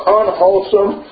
unwholesome